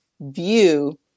view